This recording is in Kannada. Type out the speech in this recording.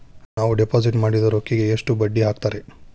ನಾವು ಡಿಪಾಸಿಟ್ ಮಾಡಿದ ರೊಕ್ಕಿಗೆ ಎಷ್ಟು ಬಡ್ಡಿ ಹಾಕ್ತಾರಾ?